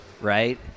right